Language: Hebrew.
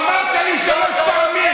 אמרת לי שלוש פעמים.